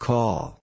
Call